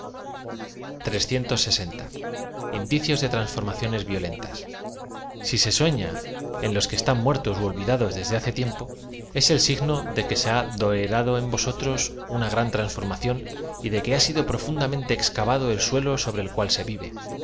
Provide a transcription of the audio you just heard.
indicios de transformaciones violentas si se suefia en loa que eatán muertos ú olvidados desde haoe mucho tiempo es el signo de que ae ha doerado en voaotroa una gran transformación j de que ha sido profundamente excavado el suelo sobre el cual ae vive